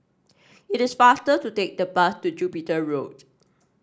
it is faster to take the bus to Jupiter Road